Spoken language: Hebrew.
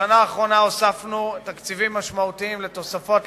בשנה האחרונה הוספנו תקציבים משמעותיים לתוספות,